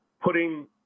putting